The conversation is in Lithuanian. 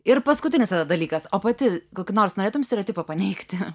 ir paskutinis dalykas o pati kokį nors norėtum stereotipą paneigti